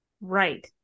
Right